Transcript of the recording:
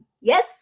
Yes